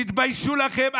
תתביישו לכם.